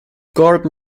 gordon